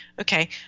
Okay